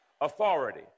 authority